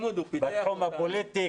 בתחום הפוליטי,